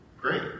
Great